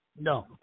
No